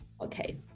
Okay